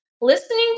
Listening